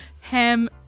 ham